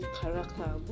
character